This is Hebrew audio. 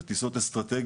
אלה הן טיסות אסטרטגיות,